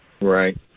Right